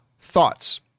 thoughts